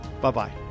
Bye-bye